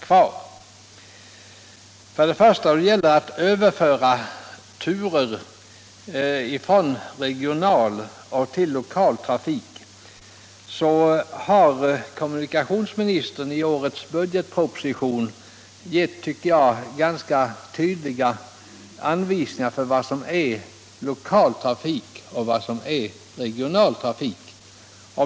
När det gäller att överföra turer från regional till lokal trafik tycker jag att kommunikationsministern i årets budgetproposition har givit ganska tydliga anvisningar för vad som är lokal och vad som är regional trafik.